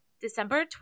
December